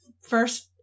first